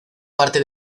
parte